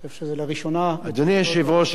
אני חושב שלראשונה אדוני היושב-ראש,